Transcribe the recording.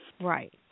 Right